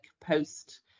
post